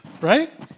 Right